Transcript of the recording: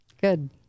Good